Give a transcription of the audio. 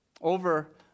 over